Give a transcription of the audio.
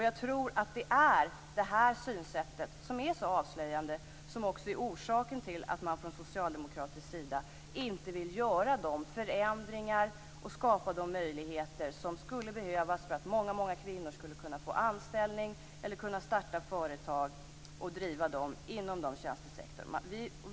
Jag tror att det är det här synsättet, som är så avslöjande, som också är orsaken till att man från socialdemokratisk sida inte vill vidta de förändringar och skapa de möjligheter som skulle behövas för att många kvinnor skulle kunna få anställning eller kunna starta företag och driva dem inom en tjänstesektor.